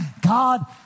God